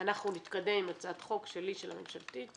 אנחנו נתקדם עם הצעת החוק שלי ושל הממשלתית.